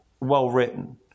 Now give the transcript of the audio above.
well-written